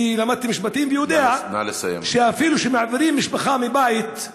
אני למדתי משפטים ויודע שאפילו כשמעבירים משפחה מבית,